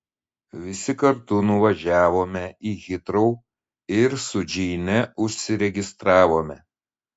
visi kartu nuvažiavome į hitrou ir su džeine užsiregistravome